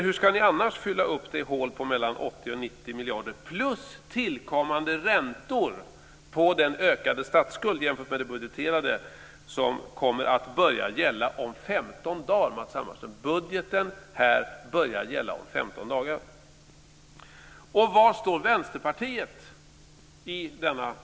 Hur ska ni annars fylla upp hålet på 80-90 miljarder samt tillkommande räntor på den ökade statsskulden jämfört med det budgeterade förslaget som kommer att börja gälla om 15 dagar, Matz Hammarström? Budgeten börjar gälla om 15 Och var står Vänsterpartiet i denna fråga?